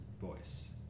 voice